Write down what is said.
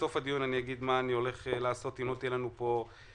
בסוף הדיון אגיד מה אני הולך לעשות אם לא תהיה לנו פה תשובה.